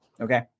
Okay